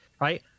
right